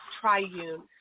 triune